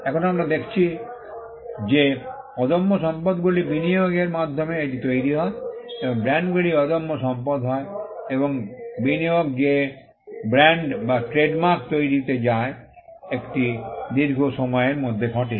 এখন আমরা দেখেছি যে অদম্য সম্পদগুলি বিনিয়োগের মাধ্যমে এটি তৈরি হয় এবং ব্র্যান্ডগুলি অদম্য সম্পদ হয় এবং বিনিয়োগ যে ব্র্যান্ড বা ট্রেডমার্ক তৈরিতে যায় একটি দীর্ঘ সময়ের মধ্যে ঘটে